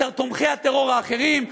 את תומכי הטרור האחרים,